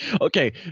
Okay